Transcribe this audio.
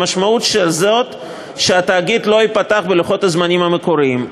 המשמעות היא שהתאגיד לא ייפתח בלוחות הזמנים המקוריים.